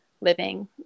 living